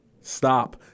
Stop